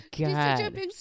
god